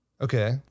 Okay